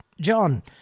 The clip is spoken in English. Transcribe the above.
John